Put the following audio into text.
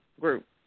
group